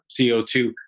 CO2